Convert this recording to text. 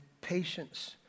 patience